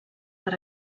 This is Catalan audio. per